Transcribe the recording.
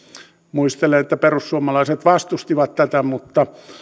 muistelen että perussuomalaiset vastustivat tätä mutta